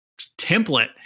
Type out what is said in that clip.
template